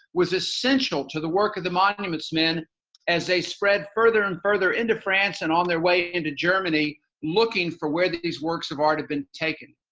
was essential to the work of the monuments man as they spread further and further into france and on their way into germany looking for were these works of art had been taken.